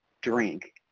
drink